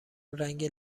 رنگ